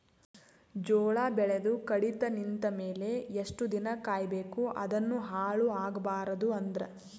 ಜೋಳ ಬೆಳೆದು ಕಡಿತ ನಿಂತ ಮೇಲೆ ಎಷ್ಟು ದಿನ ಕಾಯಿ ಬೇಕು ಅದನ್ನು ಹಾಳು ಆಗಬಾರದು ಅಂದ್ರ?